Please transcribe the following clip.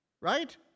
Right